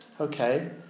Okay